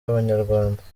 bw’abanyarwanda